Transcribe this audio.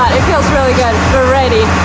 feels really good. we're ready.